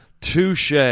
Touche